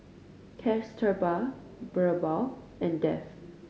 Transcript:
Kasturba Birbal and Dev